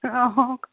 অঁ